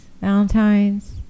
Valentine's